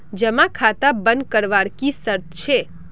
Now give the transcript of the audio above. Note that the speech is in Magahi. जमा खाता बन करवार की शर्त छे?